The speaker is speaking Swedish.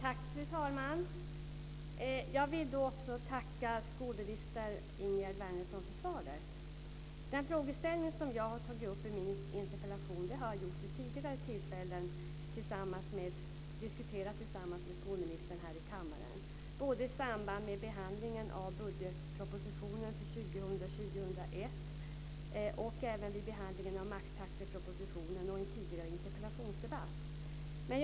Fru talman! Jag vill tacka skolminister Ingegerd Den frågeställning som jag har tagit upp i min interpellation har jag diskuterat vid tidigare tillfällen med skolministern här i kammaren, både i samband med behandlingen av budgetpropositionen för 2000/01 och i samband med behandlingen av maxtaxepropositionen samt vid tidigare interpellationsdebatter.